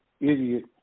idiot